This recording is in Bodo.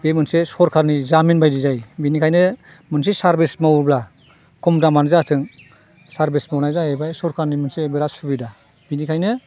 बे मोनसे सोरखारनि जामिन बायदि जायो बेनिखायनो मोनसे सार्भिस मावोब्ला कम दामानो जाथों सार्भिस मावनाया जाहैबाय सोरखारनि मोनसे बिराद सुबिदा बेनिखायनो